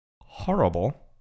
horrible